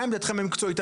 מה עמדתכם המקצועית,